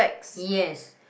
yes